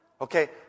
Okay